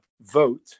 vote